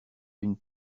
une